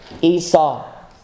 Esau